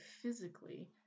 physically